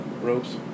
Ropes